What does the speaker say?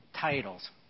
titles